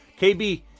KB